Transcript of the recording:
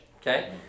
okay